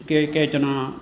केचन